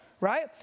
right